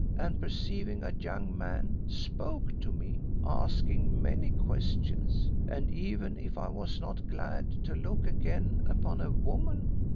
and perceiving a young man, spoke to me, asking many questions, and even if i was not glad to look again upon a woman.